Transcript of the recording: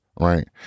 right